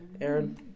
Aaron